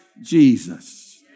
Jesus